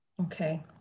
Okay